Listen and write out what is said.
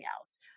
else